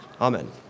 Amen